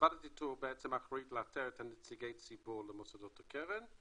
ועדת האיתור אחראית לאתר את נציגי הציבור למוסדות הקרן,